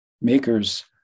makers